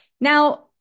Now